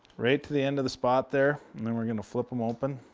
right to the end of the spot there, and then we're going to flip him open.